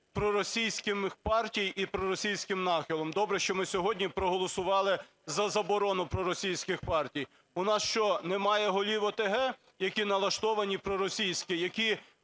проросійських партій і з проросійським нахилом, добре, що ми сьогодні проголосували за заборону проросійських партій, у нас що, нема голів ОТГ, які налаштовані проросійськи, які